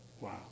Wow